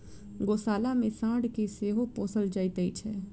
गोशाला मे साँढ़ के सेहो पोसल जाइत छै